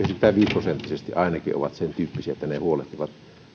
prosenttisesti ovat sen tyyppisiä että ne huolehtivat